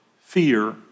fear